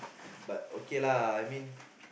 but okay lah I mean